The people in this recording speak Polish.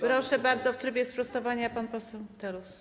Proszę bardzo, w trybie sprostowania pan poseł Telus.